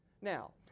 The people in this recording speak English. Now